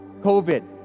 COVID